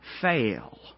fail